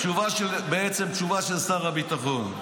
התשובה של שר הביטחון: